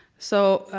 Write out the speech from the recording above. so,